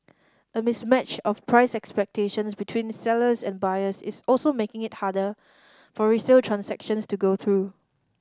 a mismatch of price expectations between sellers and buyers is also making it harder for resale transactions to go through